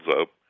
up